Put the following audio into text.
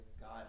God